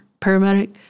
paramedic